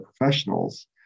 professionals